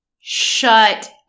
Shut